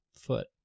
foot